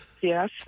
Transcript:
Yes